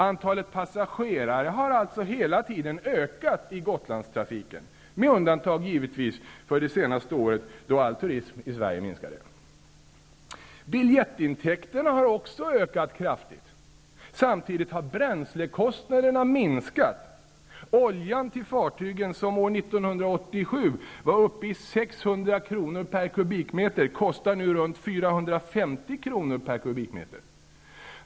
Antalet passagerare har hela tiden ökat i Biljettintäkterna har också ökat kraftigt. Samtidigt har bränslekostnaderna minskat. Oljan till fartygen, som år 1987 var uppe i 600 kr. per kubikmeter, kostar nu runt 450 kr. per kubikmeter.